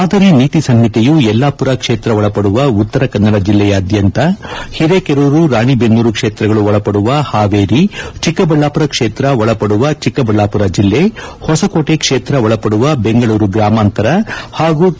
ಮಾದರಿ ನೀತಿ ಸಂಹಿತೆಯು ಯಲ್ಲಾಪುರ ಕ್ಷೇತ್ರ ಒಳಪದುವ ಉತ್ತರ ಕನ್ನಡ ಜಿಲ್ಲೆಯಾದ್ಯಂತ ಹಿರೇಕೆರೂರು ರಾಣೆಬೆನ್ನೂರು ಕ್ಷೇತ್ರಗಳು ಒಳಪಡುವ ಹಾವೇರಿ ಚಿಕ್ಕಬಳ್ಳಾಪುರ ಕ್ಷೇತ್ರ ಒಳಪದುವ ಚಿಕ್ಕಬಳ್ಳಾಪುರ ಜಿಲ್ಲೆ ಹೊಸಕೋಟೆ ಕ್ಷೇತ್ರ ಒಳಪದುವ ಬೆಂಗಳೂರು ಗ್ರಾಮಾಂತರ ಹಾಗೂ ಕೆ